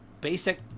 basic